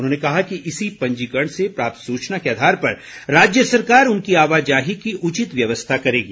उन्होंने कहा कि इसी पंजीकरण से प्राप्त सूचना के आधार पर राज्य सरकार उनकी आवाजाही की उचित व्यवस्था करेगी